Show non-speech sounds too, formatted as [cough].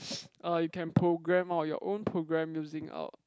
[noise] uh you can program out your own program using out